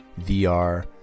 VR